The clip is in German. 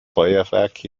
feuerwerk